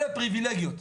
אלה פריווילגיות.